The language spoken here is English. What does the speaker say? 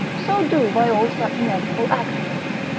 so do by all such inevitable accidents.